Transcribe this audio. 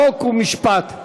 חוק ומשפט.